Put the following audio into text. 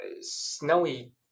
snowy